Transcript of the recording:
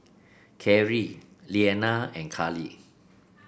Carri Lilliana and Karlee